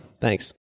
Thanks